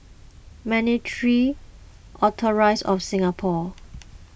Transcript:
Monetary Authorize of Singapore